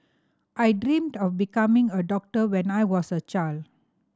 I dreamt of becoming a doctor when I was a child